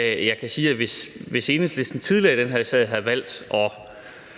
Jeg kan sige, at hvis Enhedslisten tidligere i den her sag havde valgt at